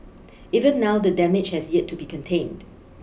even now the damage has yet to be contained